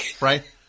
Right